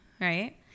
Right